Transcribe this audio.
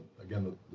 again